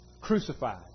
crucified